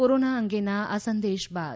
corona અંગેના આ સંદેશ બાદ